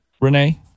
Renee